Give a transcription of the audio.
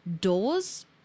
doors